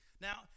Now